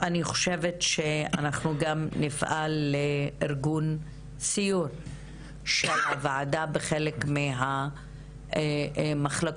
אנחנו גם נפעל לארגון סיור של הוועדה בחלק מהמחלקות,